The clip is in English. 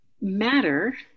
matter